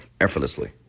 effortlessly